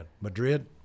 Madrid